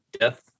death